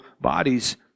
bodies